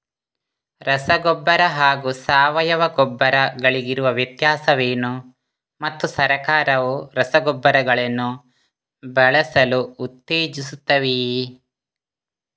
ರಸಗೊಬ್ಬರ ಹಾಗೂ ಸಾವಯವ ಗೊಬ್ಬರ ಗಳಿಗಿರುವ ವ್ಯತ್ಯಾಸವೇನು ಮತ್ತು ಸರ್ಕಾರವು ರಸಗೊಬ್ಬರಗಳನ್ನು ಬಳಸಲು ಉತ್ತೇಜಿಸುತ್ತೆವೆಯೇ?